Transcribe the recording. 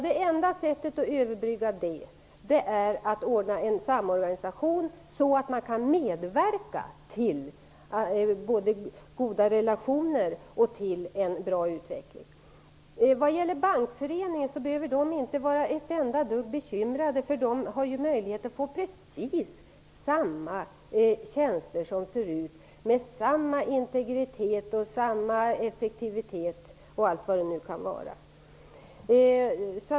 Det enda sättet att överbrygga problemet är att ordna en samorganisation, så att man kan medverka till både goda relationer och en bra utveckling. I Bankföreningen behöver de inte vara ett dugg bekymrade. De har ju möjlighet att få precis samma tjänster som tidigare, med samma integritet och samma effektivitet etc.